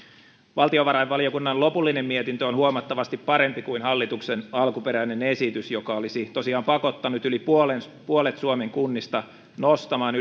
valtiovarainvaliokunnan lopullinen mietintö on huomattavasti parempi kuin hallituksen alkuperäinen esitys joka olisi tosiaan pakottanut yli puolet suomen kunnista nostamaan